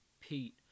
Pete